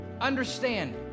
Understand